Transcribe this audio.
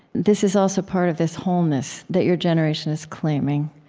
this is also part of this wholeness that your generation is claiming.